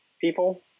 people